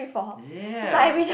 ya